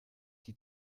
die